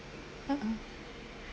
(uh huh)